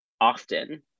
often